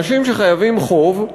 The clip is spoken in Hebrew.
אנשים שחייבים חוב,